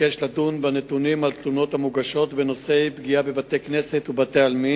וסירבו לבקשותיו שיגיע לחקירה בכל מקום ובכל עת